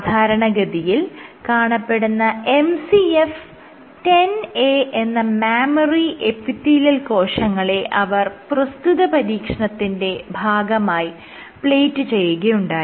സാധാരണഗതിയിൽ കാണപ്പെടുന്ന MCF 10A എന്ന മാമ്മറി എപ്പിത്തീലിയൽ കോശങ്ങളെ അവർ പ്രസ്തുത പരീക്ഷണത്തിന്റെ ഭാഗമായി പ്ലേറ്റ് ചെയ്യുകയുണ്ടായി